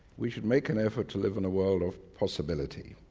we should make an effort to live in a world of possibility.